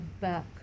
back